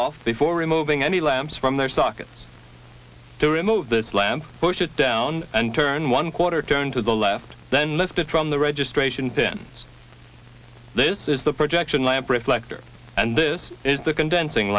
off before removing any lamps from their sockets to remove this lamp push it down and turn one quarter turn to the left then lifted from the registration then this is the projection lamp reflector and this is the condensing